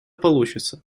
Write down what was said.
получится